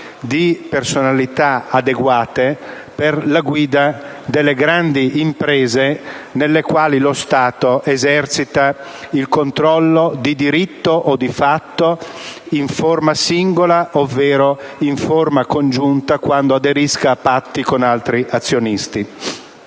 di personalità adeguate per la guida delle grandi imprese nelle quali lo Stato esercita il controllo, di diritto o di fatto, in forma singola ovvero in forma congiunta quando aderisca a patti con altri azionisti.